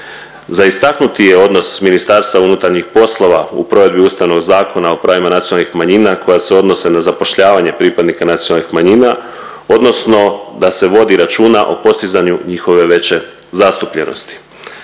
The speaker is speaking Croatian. Za istaknuti je odnos MUP-a u provedbi Ustavnog zakona o pravima nacionalnih manjina koja se odnose na zapošljavanje pripadnika nacionalnih manjina odnosno da se vodi računa o postizanju njihove veće zastupljenosti.